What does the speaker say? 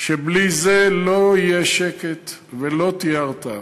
שבלי זה לא יהיה שקט ולא תהיה הרתעה.